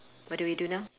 what do we do now